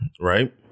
Right